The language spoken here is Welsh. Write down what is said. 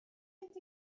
mynd